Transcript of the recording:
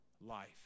life